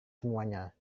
semuanya